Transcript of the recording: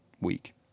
week